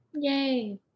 Yay